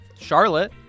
Charlotte